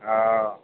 हां